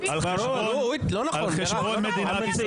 הן על חשבון מדינת ישראל.